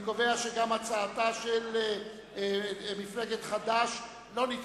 אני קובע שגם הצעתה של מפלגת חד"ש לא נתקבלה.